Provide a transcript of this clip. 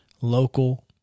local